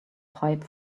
pipe